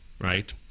right